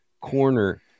corner